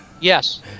Yes